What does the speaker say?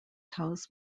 house